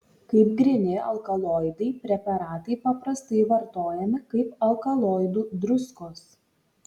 kaip gryni alkaloidai preparatai paprastai vartojami kaip alkaloidų druskos